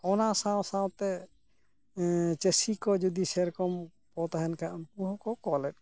ᱚᱱᱟ ᱥᱟᱶᱥᱟᱶᱛᱮ ᱪᱟᱹᱥᱤ ᱠᱚ ᱡᱩᱫᱤ ᱥᱮᱨᱚᱠᱚᱢ ᱠᱚ ᱛᱟᱦᱮᱱ ᱠᱷᱟᱱ ᱩᱱᱠᱩ ᱦᱚᱸᱠᱚ ᱠᱚᱞᱮᱫ ᱠᱚᱣᱟ